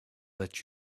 let